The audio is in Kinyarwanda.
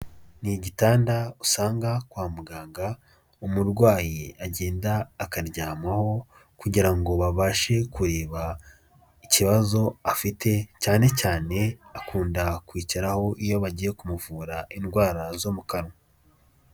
Ni igitanda usanga kwa muganga, umurwayi agenda akaryamaho, kugira ngo babashe kureba ikibazo afite, cyane cyane akunda kwicaraho iyo bagiye kumuvura indwara zo mu kanwa.